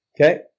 Okay